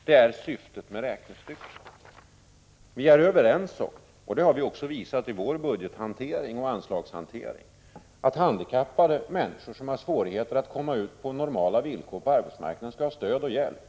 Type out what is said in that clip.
Detta är som sagt syftet med räknestyckena. Vi är överens om — det har vi moderater visat i vår budgetoch anslagshantering — att handikappade människor som har svårt att på normala villkor komma ut på arbetsmarknaden skall ha stöd och hjälp.